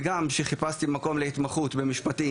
וגם כשחיפשתי מקום להתמחות במשפטים,